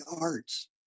arts